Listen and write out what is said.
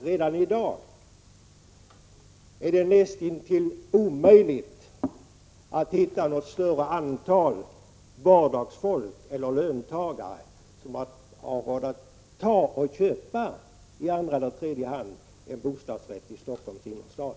Redan i dag är det näst intill omöjligt att hitta något större antal vanliga löntagare som har råd att i andra eller tredje hand köpa en bostadsrätt i Stockholms innerstad.